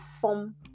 form